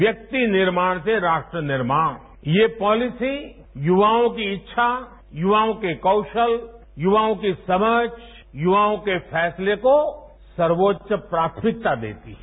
व्यक्ति निर्माण से राष्ट्र निर्मोण ये पॉलिसी युवाओं की इच्छा युवाओं के कौशल युवाओं की समझ युवाओं के फैसले को सर्वोच्च प्राथमिकता देती है